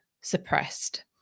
suppressed